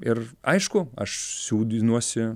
ir aišku aš siūdinuosi